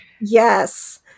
yes